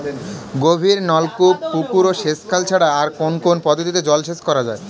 গভীরনলকূপ পুকুর ও সেচখাল ছাড়া আর কোন কোন পদ্ধতিতে জলসেচ করা যায়?